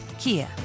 Kia